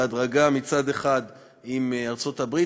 בהדרגה עם ארצות-הברית,